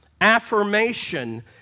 affirmation